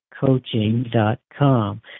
coaching.com